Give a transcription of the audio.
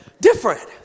different